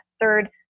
third